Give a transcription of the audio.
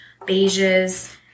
beiges